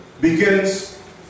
begins